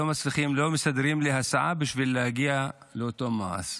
לא מסדרים לי הסעה בשביל להגיע לאותו מע"ש.